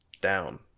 Down